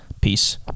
Peace